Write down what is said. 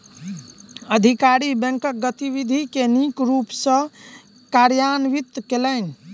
अधिकारी बैंकक गतिविधि के नीक रूप सॅ कार्यान्वित कयलैन